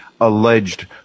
alleged